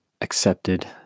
accepted